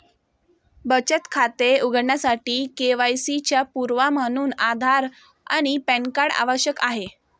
बचत खाते उघडण्यासाठी के.वाय.सी चा पुरावा म्हणून आधार आणि पॅन कार्ड आवश्यक आहे